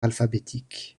alphabétique